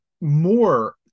more